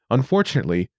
Unfortunately